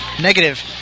negative